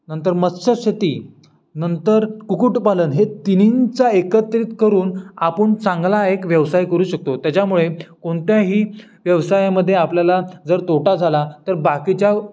नंतर मत्स्यशेती नंतर कुक्कुटपालन हे तिन्हींचा एकत्रित करून आपण चांगला एक व्यवसाय करू शकतो त्याच्यामुळे कोणत्याही व्यवसायामध्ये आपल्याला जर तोटा झाला तर बाकीच्या